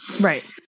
right